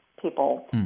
people